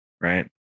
right